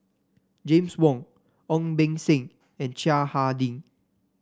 James Wong Ong Beng Seng and Chiang Hai Ding